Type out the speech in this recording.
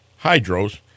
hydros